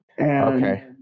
Okay